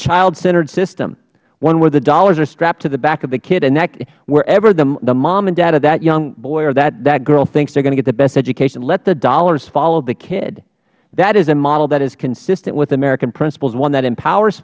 child centered system one where the dollars are strapped to the back of a kid and wherever the mom or dad of that young boy or that girl thinks they are going to get the best education let the dollars follow the kid that is a model that is consistent with american principles one that empowers